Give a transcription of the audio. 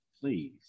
please